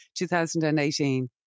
2018